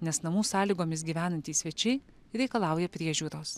nes namų sąlygomis gyvenantys svečiai reikalauja priežiūros